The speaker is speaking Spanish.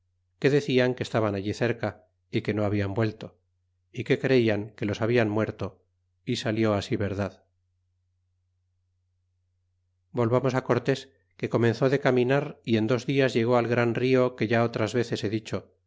que decian que estaban allí cerca y que no hablan vuelto y que creian que los habian muerto y salió así verdad volvamos á cortés que comenzó de caminar y en dos dias llegó al gran rio que ya otras veces he dicho